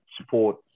support